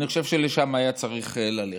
אני חושב שלשם היה צריך ללכת.